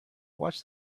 watched